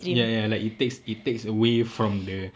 ya ya like it takes it takes away from the